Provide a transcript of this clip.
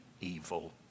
evil